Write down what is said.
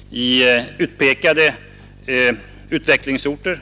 i utpekade utvecklingsorter.